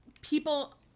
people